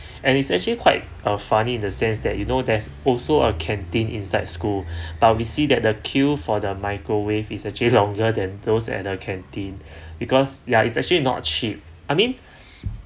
and it's actually quite a funny in the sense that you know there's also a canteen inside school but we see that the queue for the microwave is actually longer than those at the canteen because yeah it's actually not cheap I mean